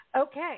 Okay